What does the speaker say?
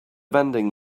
vending